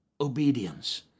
obedience